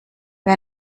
wer